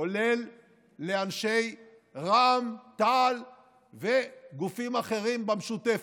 כולל לאנשים מרע"מ, תע"ל וגופים אחרים במשותפת,